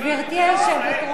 הקמת ועדת חקירה פרלמנטרית